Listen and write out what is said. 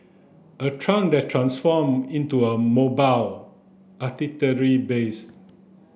a truck that transform into a mobile base